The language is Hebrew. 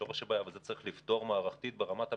זה שורש הבעיה ואת זה צריך לפתור מערכתית ברמת הממשלה,